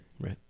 right